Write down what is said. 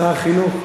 שר החינוך,